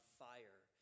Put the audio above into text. fire